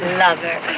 lover